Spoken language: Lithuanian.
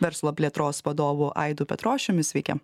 verslo plėtros vadovu aidu petrošiumi sveiki